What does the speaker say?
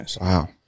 wow